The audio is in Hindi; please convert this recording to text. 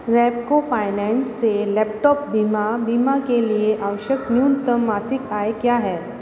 रेपको फाइनेंस से लैपटॉप बीमा बीमा के लिए आवश्यक न्यूनतम मासिक आय क्या है